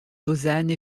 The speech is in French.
lausanne